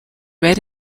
red